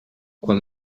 quan